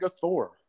Thor